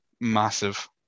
massive